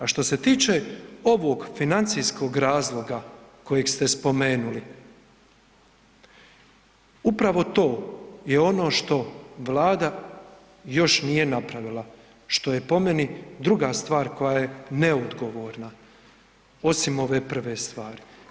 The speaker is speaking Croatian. A što se tiče ovog financijskog razloga kojeg ste spomenuli, upravo to je ono što Vlada još nije napravila što je po meni druga stvar koja je neodgovorna osim ove prve stvari.